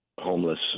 homeless